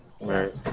Right